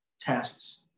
tests